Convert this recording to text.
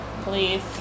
please